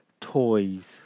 toys